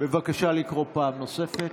בבקשה לקרוא פעם נוספת.